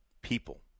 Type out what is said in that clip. people